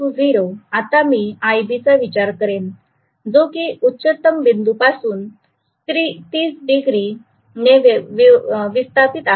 FC0 आता मी iB चा विचार करेन जो की उच्चतम बिंदूपासून 30 डिग्री ने विस्थापित आहे